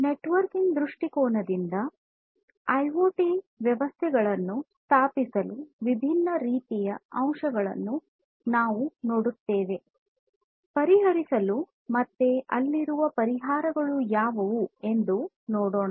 networking ನ ದೃಷ್ಟಿಕೋನದಿಂದ IoT ವ್ಯವಸ್ಥೆಗಳನ್ನು ಸ್ಥಾಪಿಸುವ ವಿಭಿನ್ನ ಇತರ ಅಂಶಗಳನ್ನು ಪರಿಹರಿಸಲು ಮತ್ತೆ ಅಲ್ಲಿರುವ ಪರಿಹಾರಗಳು ಯಾವುವು ಎಂದು ನೋಡೋಣ